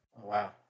wow